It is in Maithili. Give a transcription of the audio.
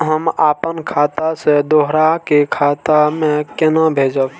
हम आपन खाता से दोहरा के खाता में केना भेजब?